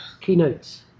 keynotes